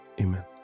amen